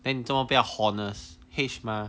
then 你做什么不要 hornest h mah